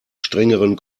strengeren